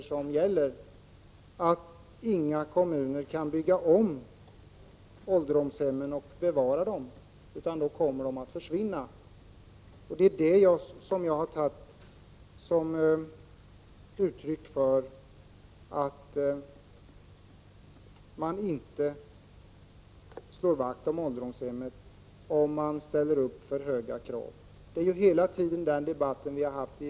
Då kommer det nämligen att heta att inga kommuner kan bygga om ålderdomshemmen och bevara dem, utan de kommer att försvinna. Det är vad jag menar när jag säger att man inte slår vakt om ålderdomshemmen, om man ställer för höga krav. Det är ju också vad debatten i utskottet hela tiden har handlat om.